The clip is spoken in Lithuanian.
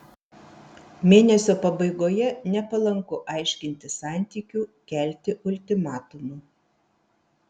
mėnesio pabaigoje nepalanku aiškintis santykių kelti ultimatumų